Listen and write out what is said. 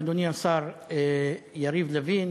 אדוני השר יריב לוין,